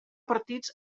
partits